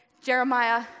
Jeremiah